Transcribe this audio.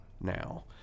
now